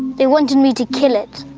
they wanted me to kill it.